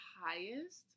highest